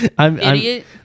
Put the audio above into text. Idiot